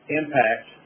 impact